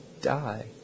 die